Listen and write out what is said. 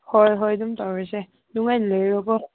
ꯍꯣꯏ ꯍꯣꯏ ꯑꯗꯨꯝ ꯇꯧꯔꯁꯦ ꯅꯨꯡꯉꯥꯏꯅ ꯂꯩꯔꯣꯀꯣ